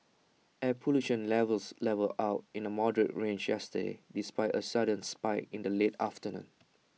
air pollution levels levelled out in the moderate range yesterday despite A sudden spike in the late afternoon